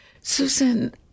Susan